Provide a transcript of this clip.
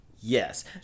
yes